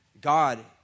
God